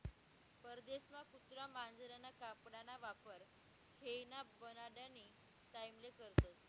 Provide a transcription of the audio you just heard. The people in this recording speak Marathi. परदेसमा कुत्रा मांजरना कातडाना वापर खेयना बनाडानी टाईमले करतस